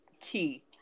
key